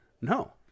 No